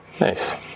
Nice